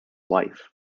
wife